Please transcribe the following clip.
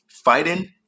fighting